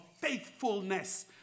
faithfulness